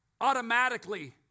automatically